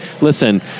listen